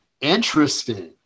Interesting